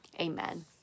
amen